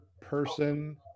person